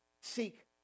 Seek